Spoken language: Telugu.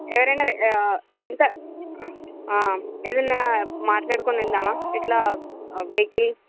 ఎవరైనా ఎంత ఏదన్నా మాట్లాడుకుని వెళ్దామా ఇలా వెహికిల్